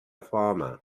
parma